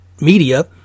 media